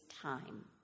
time